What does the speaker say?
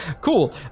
cool